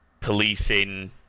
policing